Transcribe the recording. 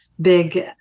big